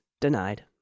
denied